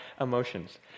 emotions